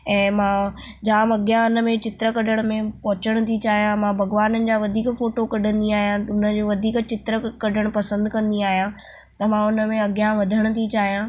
ऐं मां जाम अॻियां हिन में चित्र कढण में पहुचण थी चाहियां मां भॻवाननि जा वधीक फ़ोटो कढंदी आहियां हुनजो वधीक चित्र कढण पसंदि कंदी आहियां त मां हुन में अॻियां वधण थी चाहियां